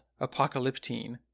Apocalyptine